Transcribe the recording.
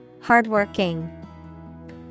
Hardworking